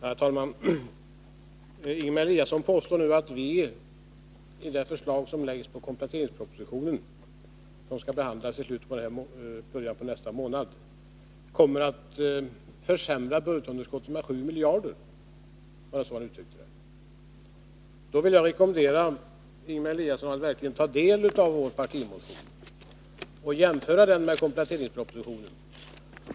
Herr talman! Ingemar Eliasson påstår nu att vårt förslag i anslutning till kompletteringspropositionen, som skall behandlas i början av nästa månad, kommer att försämra budgetunderskottet med 7 miljarder kronor. Det var så han uttryckte det. Jag rekommenderar Ingemar Eliasson att verkligen ta del av vår partimotion och jämföra den med kompletteringspropositionen.